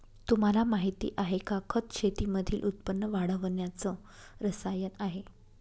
तुम्हाला माहिती आहे का? खत शेतीमधील उत्पन्न वाढवण्याच रसायन आहे